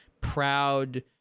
proud